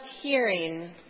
hearing